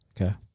Okay